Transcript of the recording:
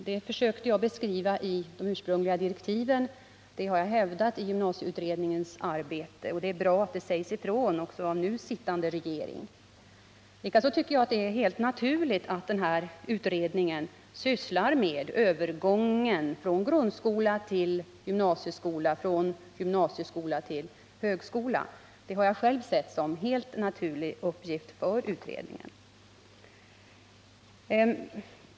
Det försökte jag beskriva i de ursprungliga direktiven, och det har jag hävdat i gymnasieutredningens arbete. Det är bra att det sägs ifrån också av nu sittande regering. Likaså tycker jag att det är helt naturligt att utredningen sysslar med övergången från grundskola till gymnasieskola, från gymnasieskola till högskola. Det har jag själv sett som en helt naturlig uppgift för utredningen.